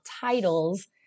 titles